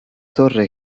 torre